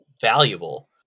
valuable